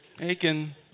Aiken